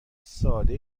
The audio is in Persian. ساده